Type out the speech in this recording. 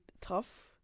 tough